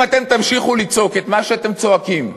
אם אתם תמשיכו לצעוק את מה שאתם צועקים,